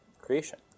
creation